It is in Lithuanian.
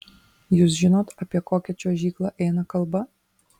jūs žinot apie kokią čiuožyklą eina kalba